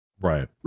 Right